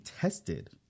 tested